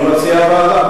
הנקודה ברורה.